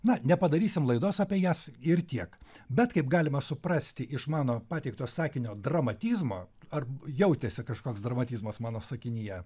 na nepadarysim laidos apie jas ir tiek bet kaip galima suprasti iš mano pateikto sakinio dramatizmo ar jautėsi kažkoks dramatizmas mano sakinyje